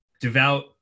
devout